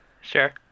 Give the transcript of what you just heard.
Sure